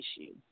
issue